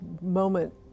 moment